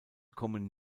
kommen